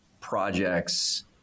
projects